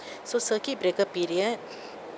so circuit breaker period